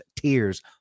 Tears